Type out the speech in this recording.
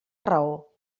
raó